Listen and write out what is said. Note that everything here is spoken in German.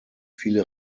viele